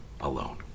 alone